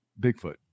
Bigfoot